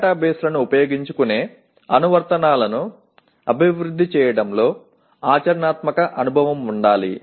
డేటాబేస్లను ఉపయోగించుకునే అనువర్తనాలను అభివృద్ధి చేయడంలో ఆచరణాత్మక అనుభవం ఉండాలి